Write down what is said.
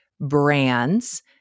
brands